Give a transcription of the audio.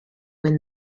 when